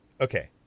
Okay